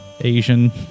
asian